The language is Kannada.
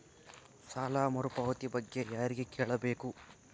ಸಾಲ ಮರುಪಾವತಿ ಬಗ್ಗೆ ಯಾರಿಗೆ ಕೇಳಬೇಕು?